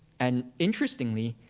and interestingly,